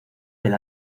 del